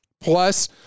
plus